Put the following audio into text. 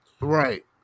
Right